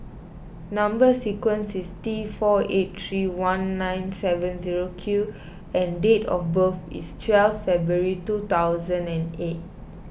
Number Sequence is T four eight three one nine seven zero Q and date of birth is twelve February two thousand and eight